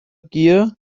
gear